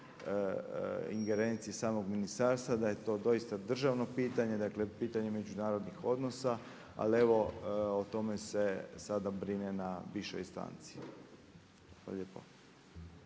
ingerencije samog ministarstva, da je to doista državno pitanje, dakle pitanje međunarodnih odnosa. Ali evo o tome se sada brine na višoj instanci. Hvala lijepo.